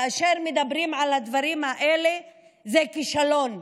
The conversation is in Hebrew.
כאשר מדברים על הדברים האלה זה כישלון,